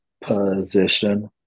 position